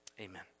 Amen